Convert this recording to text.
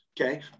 okay